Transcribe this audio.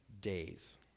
days